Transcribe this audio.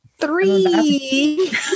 three